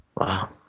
Wow